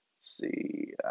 see